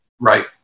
Right